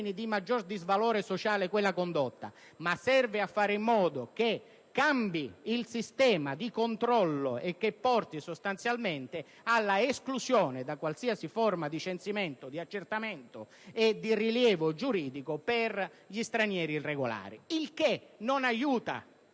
di maggior disvalore sociale quella condotta, ma serve a fare in modo che cambi il sistema di controllo e che porti sostanzialmente all'esclusione da qualsiasi forma di censimento, di accertamento e di rilievo giuridico per gli stranieri irregolari. Questo non aiuta